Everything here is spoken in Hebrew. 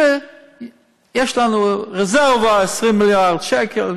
שיש לנו רזרבה 20 מיליארד שקל,